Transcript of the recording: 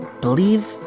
believe